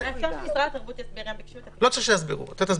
הלאה.